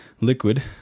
liquid